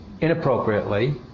inappropriately